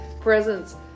Presents